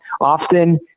often